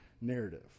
narrative